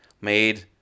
made